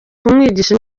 kumwigisha